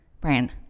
Brian